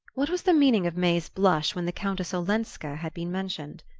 what was the meaning of may's blush when the countess olenska had been mentioned?